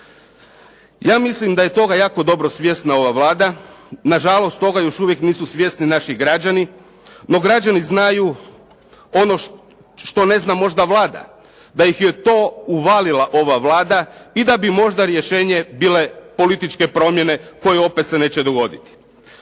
Ja mislim da je toga jako dobro svjesna ova Vlada. Na žalost toga još uvijek nisu svjesni naši građani, no građani znaju ono što ne zna možda Vlada. Da ih je u to uvalila ova Vlada i da bi možda rješenje bile političke promjene koje opet se neće dogoditi.